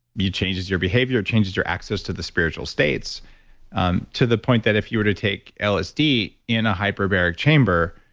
changes your behavior, it changes your access to the spiritual states um to the point that if you were to take lsd in a hyperbaric chamber,